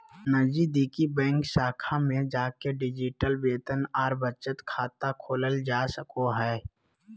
नजीदीकि बैंक शाखा में जाके डिजिटल वेतन आर बचत खाता खोलल जा सको हय